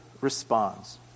responds